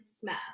smash